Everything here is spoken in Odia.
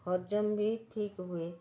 ହଜମ୍ ବି ଠିକ୍ ହୁଏ